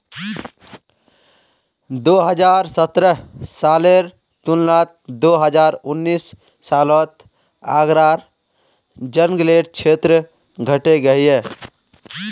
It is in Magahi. दो हज़ार सतरह सालेर तुलनात दो हज़ार उन्नीस सालोत आग्रार जन्ग्लेर क्षेत्र घटे गहिये